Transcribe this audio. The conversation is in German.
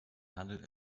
handelt